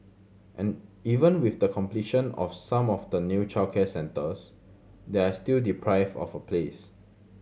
and even with the completion of some of the new childcare centres they are still deprived of a place